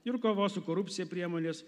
ir kovos su korupcija priemonės